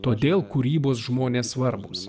todėl kūrybos žmonės svarbūs